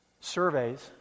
surveys